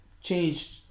changed